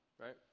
right